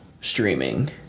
streaming